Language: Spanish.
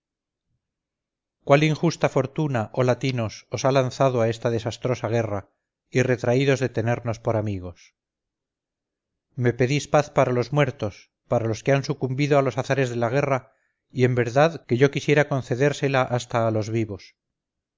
cuál injusta fortuna oh latinos os ha lanzado a esta desastrosa guerra y retraídos de tenernos por amigos me pedís paz para los muertos para los que han sucumbido a los azares de la guerra y en verdad que yo quisiera concedérsela hasta a los vivos